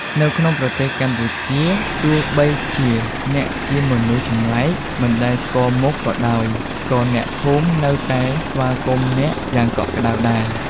នៅក្នុងប្រទេសកម្ពុជា ទោះបីជាអ្នកជាមនុស្សចម្លែក មិនដែលស្គាល់មុខក៏ដោយ ក៏អ្នកភូមិនៅតែស្វាគមន៍អ្នកយ៉ាងកក់ក្តៅដែរ។